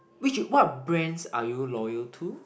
which what brands are you loyal to